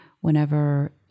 whenever